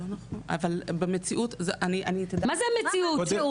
אבל במציאות --- מה זה מציאות?